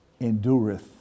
endureth